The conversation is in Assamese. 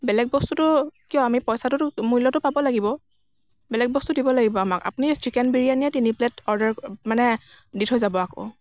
বেলেগ বস্তুটো কিয় আমি পইচাটোতো মূল্যটো পাব লাগিব বেলেগ বস্তু দিব লাগিব আমাক আপুনি চিকেন বিৰিয়ানিয়ে তিনি প্লেট অৰ্ডাৰ মানে দি থৈ যাব আকৌ